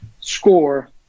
score